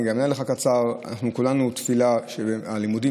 אני אענה לך קצר: כולנו תפילה שהלימודים